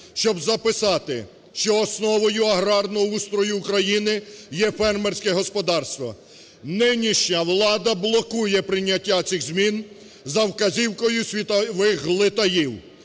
щоб записати, що основою аграрного устрою України є фермерське господарство. Нинішня влада блокує прийняття цих змін за вказівкою світових глитаїв,